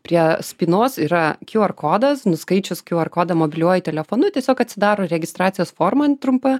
prie spynos yra kior kodas nuskaičius kior kodą mobiliuoju telefonu tiesiog atsidaro registracijos forma trumpa